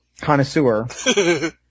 connoisseur